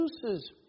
produces